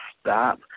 stop